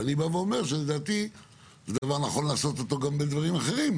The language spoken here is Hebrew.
ואני בא ואומר שלדעתי זה דבר נכון לעשות אותו גם בדברים אחרים,